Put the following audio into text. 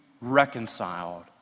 reconciled